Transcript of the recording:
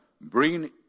bring